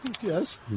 Yes